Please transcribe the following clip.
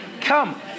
Come